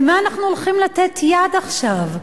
למה אנחנו הולכים לתת יד עכשיו?